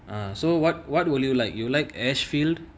ah so what what will you like you like edgefield